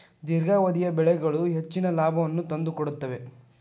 ದೇರ್ಘಾವಧಿಯ ಬೆಳೆಗಳು ಹೆಚ್ಚಿನ ಲಾಭವನ್ನು ತಂದುಕೊಡುತ್ತವೆ